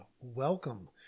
welcome